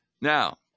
Now